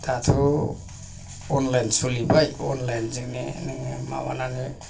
दाथ' अनलाइन सलिबाय अनलाइन जोंनो नोङो माबानानै